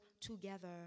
together